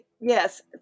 Yes